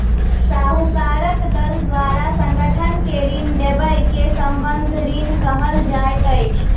साहूकारक दल द्वारा संगठन के ऋण देबअ के संबंद्ध ऋण कहल जाइत अछि